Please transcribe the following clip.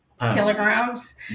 kilograms